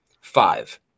five